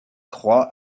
croix